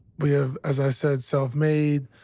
we have, as i said, self made.